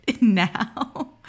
now